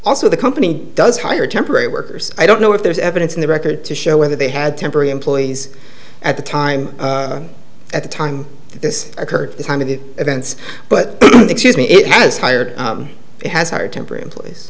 also the company does hire temporary workers i don't know if there's evidence in the record to show whether they had temporary employees at the time at the time this occurred at the time of the events but excuse me it has hired has hired temporary employees